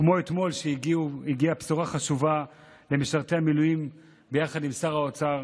כמו אתמול כשהגיעה בשורה חשובה למשרתי המילואים ביחד עם שר האוצר.